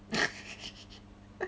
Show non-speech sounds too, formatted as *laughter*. *laughs*